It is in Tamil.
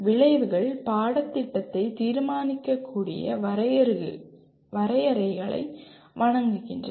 விளைவுகள் பாடத்திட்டத்தை தீர்மானிக்கக்கூடிய வரையறைகளை வழங்குகின்றன